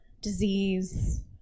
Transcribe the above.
disease